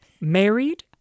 married